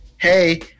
hey